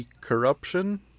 Corruption